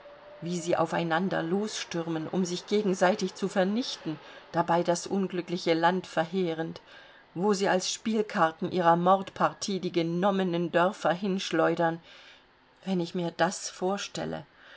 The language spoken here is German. wie sie auf einander losstürmen um sich gegenseitig zu vernichten dabei das unglückliche land verheerend wo sie als spielkarten ihrer mordpartie die genommenen dörfer hinschleudern wenn ich mir das vorstelle